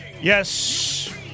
Yes